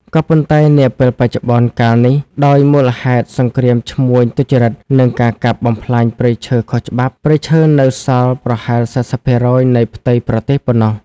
ក៏ប៉ុន្តែនាពេលបច្ចុប្បន្នកាលនេះ ដោយមូលហេតុសង្គ្រាមឈ្មួញទុច្ចរិត និងការកាប់បំផ្លាញព្រៃឈើខុសច្បាប់ ព្រៃឈើនៅសល់ប្រហែល៤០%នៃផ្ទៃប្រទេសប៉ុណ្ណោះ។